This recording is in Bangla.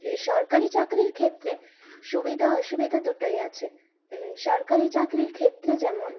সরকারি চাকরির ক্ষেত্রে সুবিধা অসুবিধা দুটোই আছে সরকারি চাকরির ক্ষেত্রে যেমন